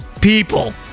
people